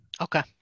Okay